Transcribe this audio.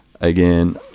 again